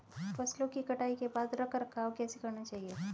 फसलों की कटाई के बाद रख रखाव कैसे करना चाहिये?